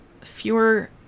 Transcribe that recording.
fewer